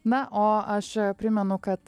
na o aš primenu kad